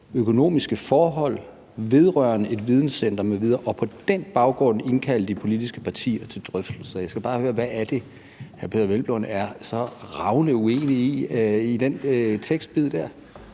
økonomiske forhold vedrørende et videncenter m.v., og på den baggrund indkalde de politiske partier til drøftelser. Jeg skal bare høre, hvad det er, hr. Peder Hvelplund er så ravende uenig i i den der tekstbid.